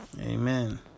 Amen